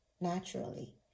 naturally